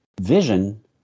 vision